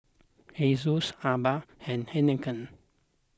Asus Aibi and Heinekein